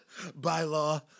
Bylaw